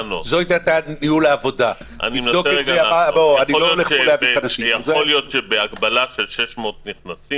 תבדוק את זה --- יכול להיות שבהגבלה של 600 נכנסים